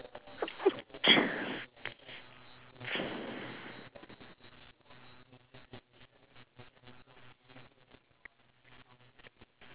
you have an activity for you to do and then from the activity you have something by your side you know then the conversation will